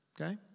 Okay